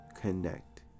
connect